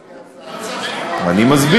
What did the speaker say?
יש לי הצעה, אני מסביר,